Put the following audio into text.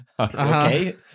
Okay